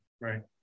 right